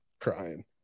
Crying